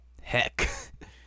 Heck